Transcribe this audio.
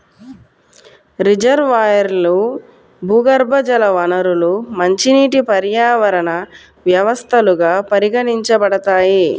రిజర్వాయర్లు, భూగర్భజల వనరులు మంచినీటి పర్యావరణ వ్యవస్థలుగా పరిగణించబడతాయి